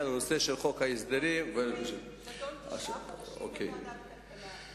בתום תשעה חודשים בוועדת הכלכלה,